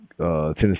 Tennessee